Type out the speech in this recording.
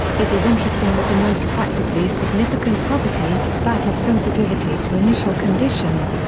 it is interesting that the most practically significant property, that of sensitivity to initial conditions,